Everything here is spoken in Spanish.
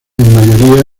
mayoría